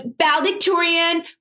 valedictorian